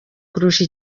kurusha